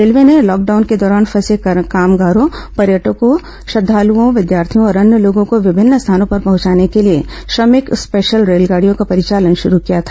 railway ने lockdown के दौरान फंसे कामगारों पर्यटकों श्रद्वालुओं विद्यार्थियों और अन्य लोगों को विभिन्न स्थानों पर पहंचाने के लिए श्रमिक स्पेशल रेलगाडियों का परिचालन शुरू किया था